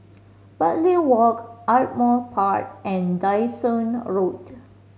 Bartley Walk Ardmore Park and Dyson Road